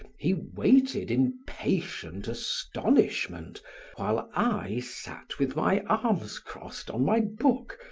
he waited in patient astonishment while i sat with my arms crossed on my book,